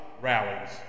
rallies